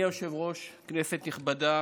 אדוני היושב-ראש, כנסת נכבדה,